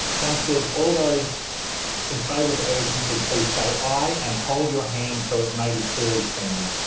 councillors, all those in favour of urgency please say aye and hold your hand so it may be clearly seen.